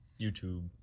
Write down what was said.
YouTube